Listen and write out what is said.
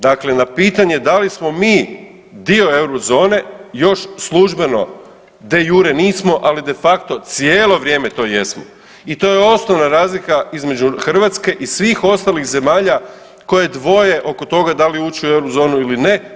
Dakle, na pitanje da li smo mi dio euro zone još službeno de jure nismo, ali de facto cijelo vrijeme to jesmo i to je osnovna razlika između Hrvatske i svih ostalih zemalja koje dvoje oko toga da li ući u euro zonu ili ne.